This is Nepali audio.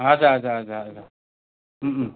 हजुर हजुर हजुर हजुर